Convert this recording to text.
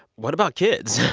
what about kids?